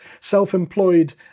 Self-employed